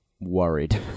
Worried